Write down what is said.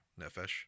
Nefesh